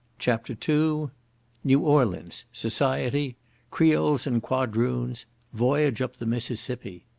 chapter two new orleans society creoles and quadroons voyage up the mississippi